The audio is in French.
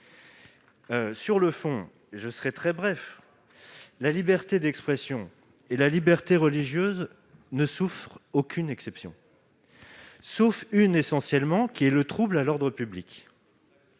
Sur le fond, je serai très bref. La liberté d'expression et la liberté religieuse ne souffrent aucune exception, sauf le trouble à l'ordre public.